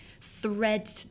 thread